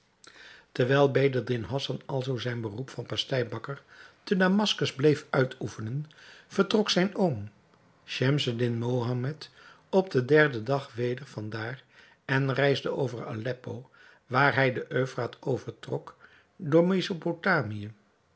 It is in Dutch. terwijl bedreddin hassan alzoo zijn beroep van pasteibakker te damaskus bleef uitoefenen vertrok zijn oom schemseddin mohammed op den derden dag weder van daar en reisde over aleppo waar hij den euphraat overtrok door